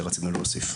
שרצינו להוסיף.